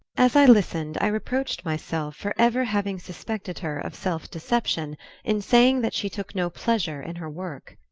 as i listened i reproached myself for ever having suspected her of self-deception in saying that she took no pleasure in her work.